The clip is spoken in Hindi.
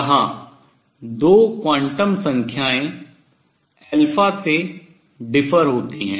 जहां दो क्वांटम संख्याएं α से differ भिन्न होती हैं